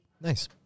Nice